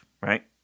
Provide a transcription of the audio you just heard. right